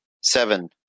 seven